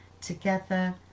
together